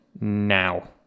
now